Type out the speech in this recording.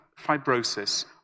fibrosis